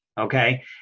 Okay